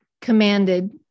commanded